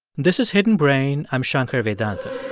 this is hidden brain. i'm shankar vedantam